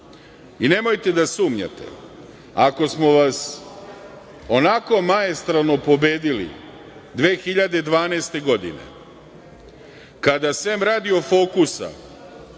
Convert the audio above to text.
I nemojte da sumnjate, ako smo vas onako maestralno pobedili 2012. godine, kada sem radio „Fokusa“